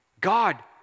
God